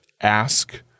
Ask